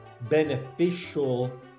beneficial